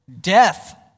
Death